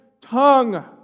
tongue